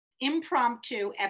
impromptu